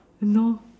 !hannor!